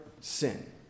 sin